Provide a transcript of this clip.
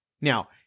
Now